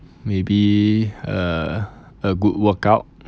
maybe a a good workout